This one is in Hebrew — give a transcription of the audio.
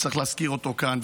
שצריך להזכיר אותו כאן,